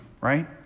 right